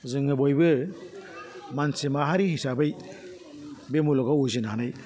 जोङो बयबो मानसि माहारि हिसाबै बे मुलुगाव उजिनानै